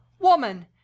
Woman